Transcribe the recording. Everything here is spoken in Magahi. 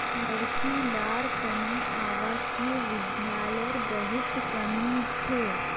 लड़की लार तने आवासीय विद्यालयर बहुत कमी छ